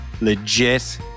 legit